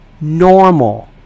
normal